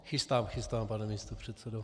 Chystám, chystám, pane místopředsedo.